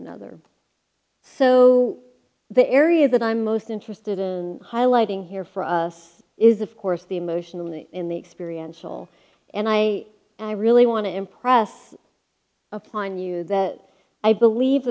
another so the area that i'm most interested in highlighting here for us is of course the emotional in the experience will and i i really want to impress upon you that i believe